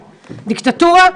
דיקטטורה?